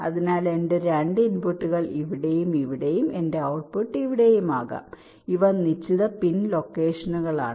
അതിനാൽ എന്റെ 2 ഇൻപുട്ടുകൾ ഇവിടെയും ഇവിടെയും എന്റെ ഔട്ട്പുട്ട് ഇവിടെയും ആകാം ഇവ നിശ്ചിത പിൻ ലൊക്കേഷനുകളാണ്